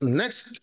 next